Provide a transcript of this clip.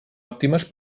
òptimes